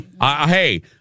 Hey